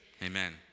Amen